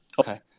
Okay